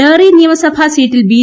ഡഹ്റി നിയമസഭ സീറ്റിൽ ബി